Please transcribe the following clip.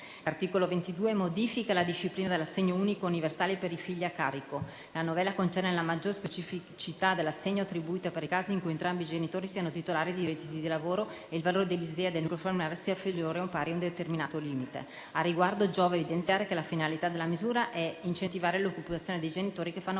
L'articolo 22 modifica la disciplina dell'assegno unico e universale per i figli a carico. La novella concerne la maggiorazione specifica dell'assegno attribuita per i casi in cui entrambi i genitori siano titolari di reddito da lavoro e il valore dell'ISEE del nucleo familiare sia inferiore o pari ad un determinato limite. Al riguardo giova evidenziare che la finalità della misura è incentivare l'occupazione dei genitori che fanno